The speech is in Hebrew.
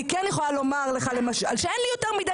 אני כן יכולה לומר לך למשל שאין לי יותר מדי